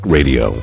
Radio